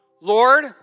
Lord